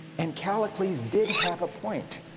and calicles did have a point